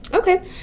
Okay